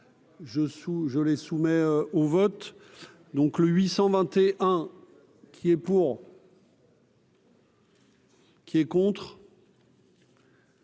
je ai soumet au vote donc le 820 qui est pour. Qui est contre.